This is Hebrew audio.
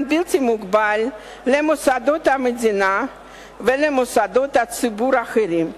בלתי מוגבל למוסדות המדינה ולמוסדות ציבור אחרים.